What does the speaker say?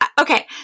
Okay